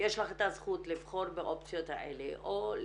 יש לך את הזכות לבחור באופציות האלה או להתעקש.